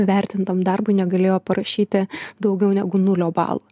vertintam darbui negalėjo parašyti daugiau negu nulio balų